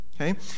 Okay